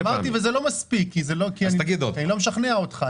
אמרתי וזה לא מספיק כי אני לא משכנע אותך,